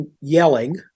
yelling